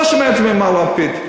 לא שומע את זה ממר לפיד.